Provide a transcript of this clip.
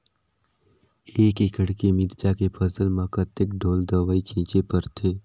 एक एकड़ के मिरचा के फसल म कतेक ढोल दवई छीचे पड़थे?